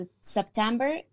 September